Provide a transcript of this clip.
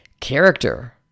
Character